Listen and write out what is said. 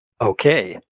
Okay